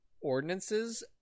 ordinances